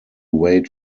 wait